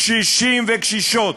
קשישים וקשישות